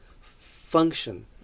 function